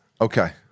Okay